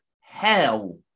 hell